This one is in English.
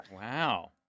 Wow